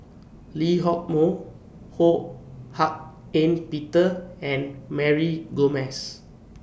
Lee Hock Moh Ho Hak Ean Peter and Mary Gomes